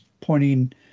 pointing